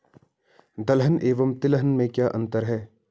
दलहन एवं तिलहन में क्या अंतर है?